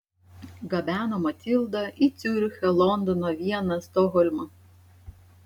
gabeno matildą į ciurichą londoną vieną stokholmą